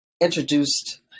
introduced